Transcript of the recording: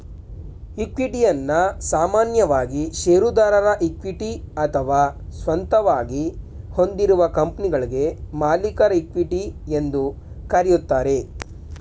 ಇಕ್ವಿಟಿಯನ್ನ ಸಾಮಾನ್ಯವಾಗಿ ಶೇರುದಾರರ ಇಕ್ವಿಟಿ ಅಥವಾ ಸ್ವಂತವಾಗಿ ಹೊಂದಿರುವ ಕಂಪನಿಗಳ್ಗೆ ಮಾಲೀಕರ ಇಕ್ವಿಟಿ ಎಂದು ಕರೆಯುತ್ತಾರೆ